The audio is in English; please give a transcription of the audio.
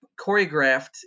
choreographed